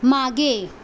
मागे